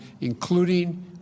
including